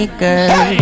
girl